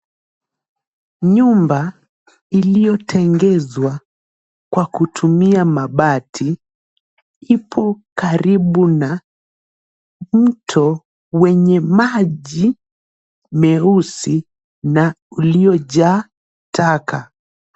Nyumba iliyotengezwa kwa kutumia mabati ipo karibu na mto wenye maji meusi na uliojaa taka.